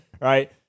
right